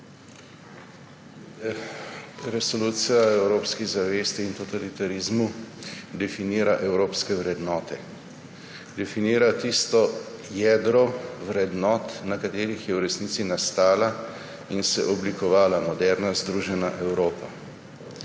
Resolucija o evropski zavesti in totalitarizmu definira evropske vrednote. Definira tisto jedro vrednot, na katerih je v resnici nastala in se oblikovala moderna združena Evropa.